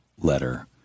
letter